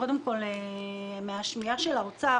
קודם כול בעקבות מה ששמענו ממשרד האוצר,